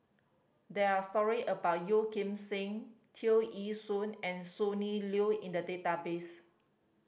there're story about Yeo Kim Seng Tear Ee Soon and Sonny Liew in the database